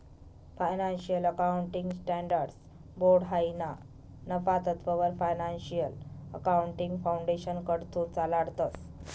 financial accounting standards board हायी ना नफा तत्ववर फायनान्शियल अकाउंटिंग फाउंडेशनकडथून चालाडतंस